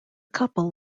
couple